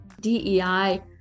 DEI